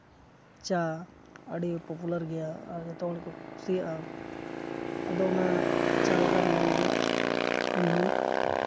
ᱪᱟ ᱟᱹᱰᱤ ᱯᱚᱯᱩᱞᱟᱨ ᱜᱮᱭᱟ ᱟᱨ ᱡᱚᱛᱚᱦᱚᱲ ᱠᱚ ᱠᱩᱥᱤᱭᱟᱜᱼᱟ ᱟᱫᱚ ᱚᱱᱟ ᱪᱟ ᱵᱟᱜᱟᱱ ᱧᱮᱞᱜᱮ ᱤᱧᱦᱚᱸ